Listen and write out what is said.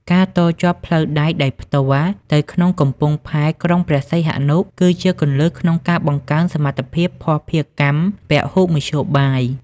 ការតភ្ជាប់ផ្លូវដែកដោយផ្ទាល់ទៅក្នុងកំពង់ផែក្រុងព្រះសីហនុ គឺជាគន្លឹះក្នុងការបង្កើនសមត្ថភាពភស្តុភារកម្មពហុមធ្យោបាយ។